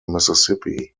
mississippi